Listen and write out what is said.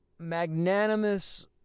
magnanimous